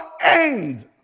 end